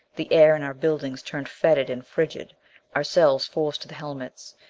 the air in our buildings turned fetid and frigid ourselves forced to the helmets.